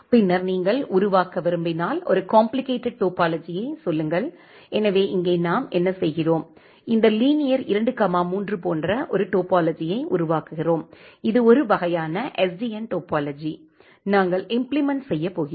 பின்னர் நீங்கள் உருவாக்க விரும்பினால் ஒரு காம்ப்ளிகேட்டட் டோபோலஜியை சொல்லுங்கள் எனவே இங்கே நாம் என்ன செய்கிறோம் இந்த லீனியர் 23 போன்ற ஒரு டோபோலஜியை உருவாக்குகிறோம் இது ஒரு வகையான எஸ்டிஎன் டோபோலஜி நாங்கள் இம்ப்ளிமென்ட் செய்யப் போகிறோம்